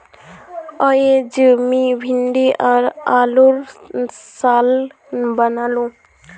अयेज मी भिंडी आर आलूर सालं बनानु